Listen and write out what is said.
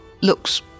looks